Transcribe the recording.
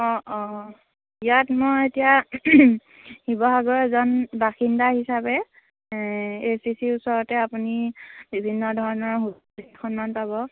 অঁ অঁ ইয়াত মই এতিয়া শিৱসাগৰৰ এজন বাসিন্দা হিচাপে এ এচ টি চিৰ ওচৰতে আপুনি বিভিন্ন ধৰণৰ খনমান পাব